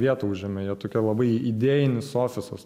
vietą užėmė jie tokia labai idėjinis ofisas